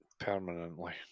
Permanently